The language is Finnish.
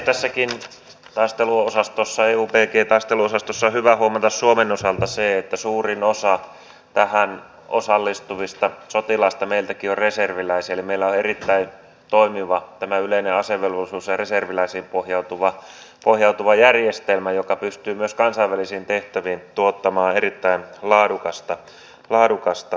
tässäkin taisteluosastossa eubg taisteluosastossa on hyvä huomata suomen osalta se että suurin osa tähän osallistuvista sotilaista meiltäkin on reserviläisiä eli meillä on erittäin toimiva tämä yleinen asevelvollisuus ja reserviläisiin pohjautuva järjestelmä joka pystyy myös kansainvälisiin tehtäviin tuottamaan erittäin laadukasta väkeä